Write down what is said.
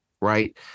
right